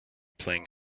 playing